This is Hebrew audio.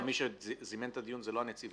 לא, מי שזימן את הדיון זה לא הנציבה.